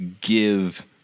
give